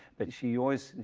but she always,